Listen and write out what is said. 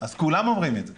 אז כולם אומרים את זה,